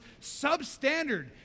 substandard